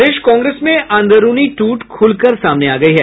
प्रदेश कांग्रेस में अंदरूनी टूट खुलकर सामने आ गयी है